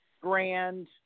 grand –